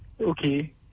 Okay